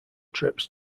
trips